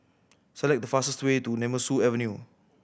select the fastest way to Nemesu Avenue